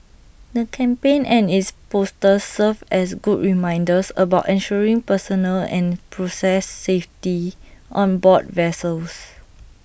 the campaign and its posters serve as good reminders about ensuring personal and process safety on board vessels